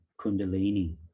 kundalini